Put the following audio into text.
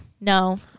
No